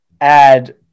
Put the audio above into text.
add